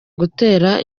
gutera